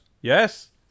Yes